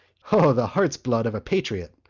o, the heart's blood of a patriot!